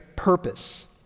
Purpose